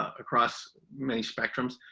across many spectrums,